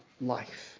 life